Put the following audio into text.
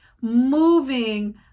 moving